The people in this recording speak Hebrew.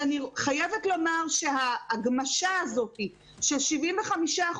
אני חייבת לומר שההגמשה הזאת של 75%,